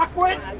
what?